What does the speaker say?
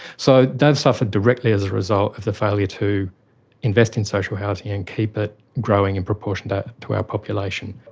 so they've suffered directly as a result of the failure to invest in social housing and keep it growing in proportion to to our population.